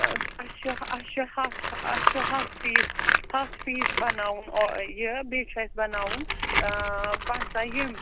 اَسہِ چھِ اَسہِ چھِ ہتھ اَسہِ چھُ ہتھ پیٖس ہَتھ پیٖس بناوُن یہِ بیٚیہِ چھُ اَسہِ بناوُن پنٛژاہ یِم